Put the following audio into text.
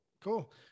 cool